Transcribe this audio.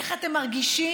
איך אתם מרגישים?